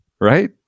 Right